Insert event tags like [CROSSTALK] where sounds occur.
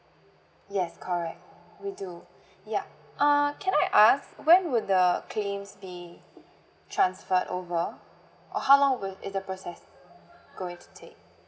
yes correct we do [BREATH] yup err can I ask when will the claims be transferred over or how long is the process going to take